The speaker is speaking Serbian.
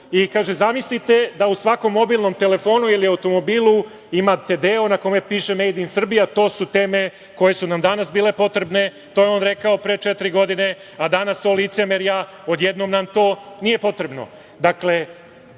Kaže – zamislite da u svakom mobilnom telefonu ili automobilu imate deo na kome piše „Made in Serbia“, to su teme koje su nam danas bile potrebne, to je on rekao pre četiri godine a danas … licemerja, odjednom nam to nije potrebno. Dakle,